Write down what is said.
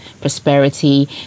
prosperity